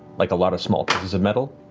like a lot of small pieces of metal.